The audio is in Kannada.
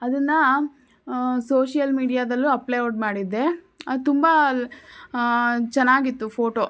ಅದನ್ನು ಸೋಶ್ಯಲ್ ಮೀಡಿಯಾದಲ್ಲೂ ಅಪ್ಲಯೋಡ್ ಮಾಡಿದ್ದೆ ಅದು ತುಂಬ ಚೆನ್ನಾಗಿತ್ತು ಫೋಟೋ